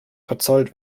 verzollt